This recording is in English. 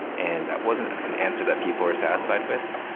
and that wasn't an answer that people are satisfied with.